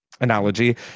Analogy